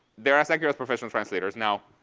they're as accurate as professional translators. now,